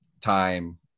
time